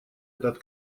этот